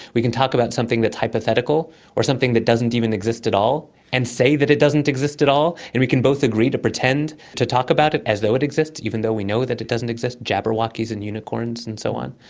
we can talk about something that's hypothetical or something that doesn't even exist at all, and say that it doesn't exist at all and we can both agree to pretend to talk about it as though it exists, even though we know that it doesn't exist, jabberwockies and unicorns and so on.